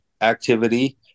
activity